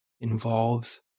Involves